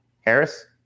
Harris